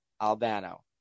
Albano